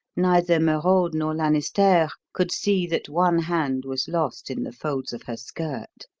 neither merode nor lanisterre could see that one hand was lost in the folds of her skirt.